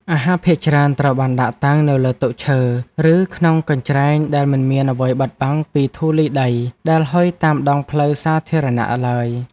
អាហារភាគច្រើនត្រូវបានដាក់តាំងនៅលើតុឈើ ឬក្នុងកញ្ច្រែងដែលមិនមានអ្វីបិទបាំងពីធូលីដីដែលហុយតាមដងផ្លូវសាធារណៈឡើយ។